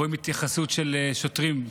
רואים התייחסות מזעזעת של שוטרים.